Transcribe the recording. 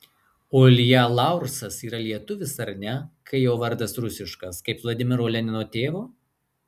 o ilja laursas yra lietuvis ar ne kai jo vardas rusiškas kaip vladimiro lenino tėvo